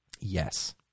Yes